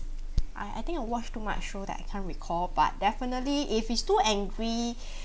I I think I watch too much show that I can't recall but definitely if it's too angry